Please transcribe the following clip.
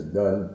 done